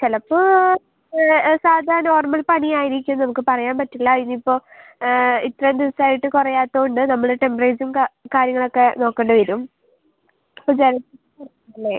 ചിലപ്പോൾ സാധാ നോർമൽ പനി ആയിരിക്കും നമുക്ക് പറയാൻ പറ്റത്തില്ല ഇനി ഇപ്പോൾ ഇത്രയും ദിവസായിട്ട് കുറയാത്തത് കൊണ്ട് നമ്മള് ടെമ്പറേച്ചറും കാര്യങ്ങളൊക്കെ നോക്കണ്ടി വരും ഇപ്പോൾ ജലദോഷം അല്ലെ